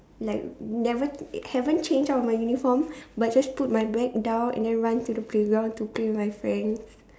like never haven't change out of my uniform but just put my bag down and then run to the playground to play with my friends